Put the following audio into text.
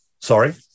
Sorry